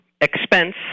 expense